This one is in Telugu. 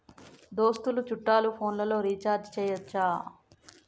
దోస్తులు చుట్టాలు ఫోన్లలో రీఛార్జి చేయచ్చా?